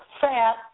fat